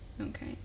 Okay